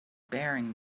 bearing